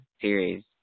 series